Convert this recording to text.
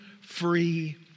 free